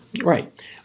Right